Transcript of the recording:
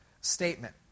statement